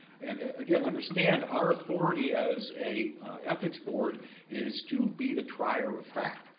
and again, understand, our authority as a ethics board is to be the trier of fact.